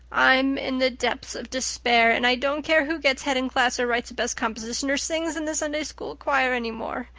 i'm in the depths of despair and i don't care who gets head in class or writes the best composition or sings in the sunday-school choir any more.